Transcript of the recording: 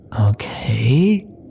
Okay